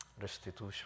restitution